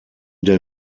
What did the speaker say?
der